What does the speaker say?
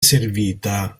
servita